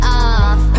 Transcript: off